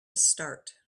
start